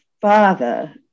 father